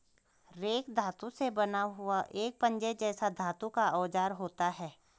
rake धातु से बना हुआ एक पंजे जैसा धातु का औजार होता है